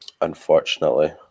Unfortunately